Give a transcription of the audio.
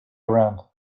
around